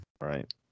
Right